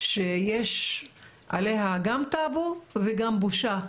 שיש עליה גם טאבו וגם בושה,